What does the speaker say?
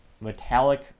metallic